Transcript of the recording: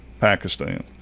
Pakistan